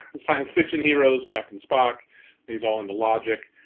science fiction heroes, captain spock. and he's all into logic.